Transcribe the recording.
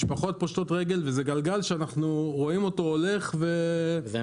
משפחות פושטות רגל וזה גלגל שאנחנו רואים אותו הולך ומתגלגל.